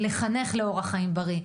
לחנך לאורח חיים בריא.